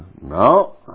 No